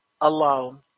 alone